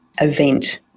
event